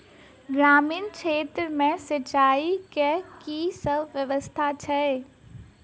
ग्रामीण क्षेत्र मे सिंचाई केँ की सब व्यवस्था छै?